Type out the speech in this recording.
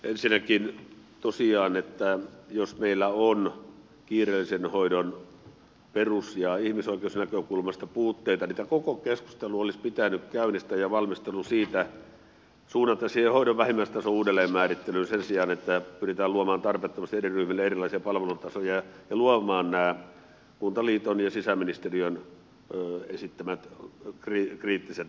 ensinnäkin jos meillä tosiaan on kiireellisen hoidon perus ja ihmisoikeusnäkökulmasta puutteita niin tämä koko keskustelu olisi pitänyt käynnistää ja valmistelu suunnata siihen hoidon vähimmäistason uudelleenmäärittelyyn sen sijaan että pyritään luomaan tarpeettomasti eri ryhmille erilaisia palvelutasoja ja luomaan nämä kuntaliiton ja sisäministeriön esittämät kriittiset näkökohdat